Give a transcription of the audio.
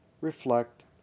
reflect